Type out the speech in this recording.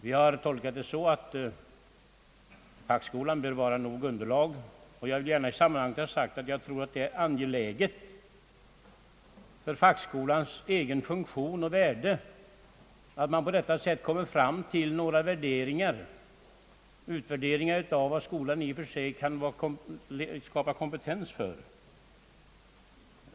Jag har tolkat det så, att fackskolan bör vara tillräckligt underlag, men jag vill gärna i sammanhanget ha sagt, att jag tror att det är angeläget för fackskolans egen funktion och värde att man på detta sätt kommer fram till några värderingar rörande vad skolan i och för sig kan skapa kompetens för.